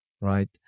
right